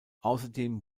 außerdem